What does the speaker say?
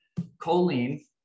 choline